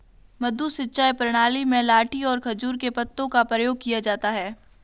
मद्दू सिंचाई प्रणाली में लाठी और खजूर के पत्तों का प्रयोग किया जाता है